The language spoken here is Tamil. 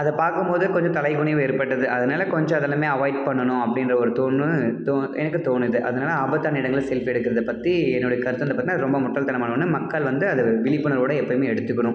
அதை பார்க்கும் போது கொஞ்சம் தலைகுனிவு ஏற்பட்டது அதனால் கொஞ்சம் அதை எல்லாமே அவாய்ட் பண்ணணும் அப்படின்ற ஒரு தோணு தோ எனக்குத் தோணுது அதனால் ஆபத்தான இடங்களில் செல்ஃபி எடுக்கிறத பற்றி என்னோடய கருத்துன்னு பார்த்தா அது ரொம்ப முட்டாள்தனமான ஒன்று மக்கள் வந்து அதை விழிப்புணர்வோட எப்போயுமே எடுத்துக்கணும்